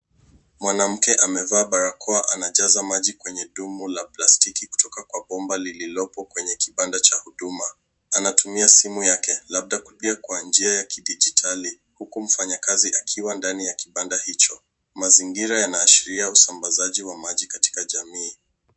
Mwanamke amevaa barakoa anajaza maji kwenye dumu la plastiki kutoka kwa bomba lililopo kwenye kibanda cha huduma. Anatumia simu yake, labda kulipia kwa njia ya kidijitali, huku mfanyikazi akiwa ndani ya kibanda hicho. Mazingira yanaashiria usambazaji wa maji katika jamii.